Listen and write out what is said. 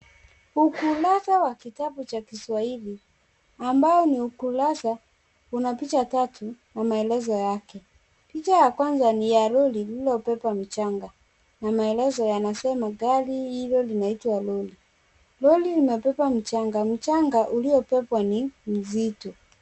Ukurasa wa kitabu cha kiswahili, ambao ni ukurasa, una picha tatu kwa maelezo yake. Picha ya kwanza ni ya lori lililobeba mchanga. Na maelezo yanasema gari hilo linaitwa lori. Mchanga uliobebwa ni mzito.